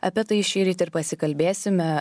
apie tai šįryt ir pasikalbėsime